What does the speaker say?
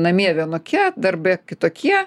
namie vienokie darbe kitokie